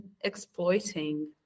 exploiting